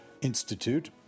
Institute